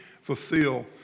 fulfill